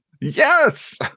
yes